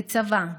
בצבא,